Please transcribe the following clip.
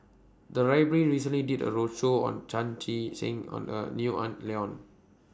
The Library recently did A roadshow on Chan Chee Seng and A Neo Ah Luan